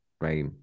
right